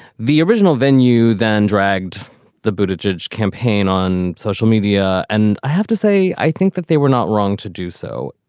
the original venue then dragged the booted judge campaign on social media. and i have to say, i think that they were not wrong to do so.